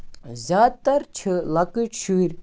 زیادٕ تر چھِ لۄکٔٹۍ شُرۍ